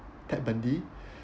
Ted Bundy